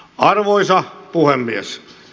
arvoisa puhemies